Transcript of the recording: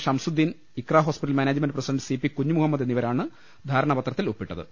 Shamsuddin Iqra hospital management president C P Kunju Muhammad എന്നിവ രാണ് ധാരണാപത്രത്തിൽ ഒപ്പിട്ടത്